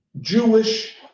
Jewish